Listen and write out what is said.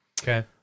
Okay